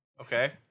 Okay